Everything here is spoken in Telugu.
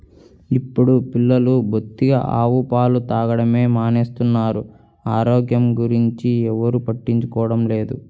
ఇప్పుడు పిల్లలు బొత్తిగా ఆవు పాలు తాగడమే మానేస్తున్నారు, ఆరోగ్యం గురించి ఎవ్వరు పట్టించుకోవడమే లేదు